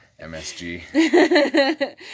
MSG